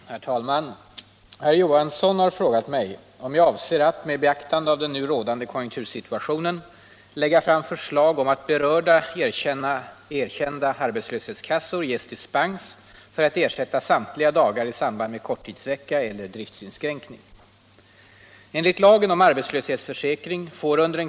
Herr talman! Herr Johansson i Arvika har frågat mig om jag avser att, med beaktande av den nu rådande konjunktursituationen, lägga fram förslag om att berörda erkända arbetslöshetskassor ges dispens för att ersätta samtliga dagar i samband med korttidsvecka eller driftsinskränkning. redning.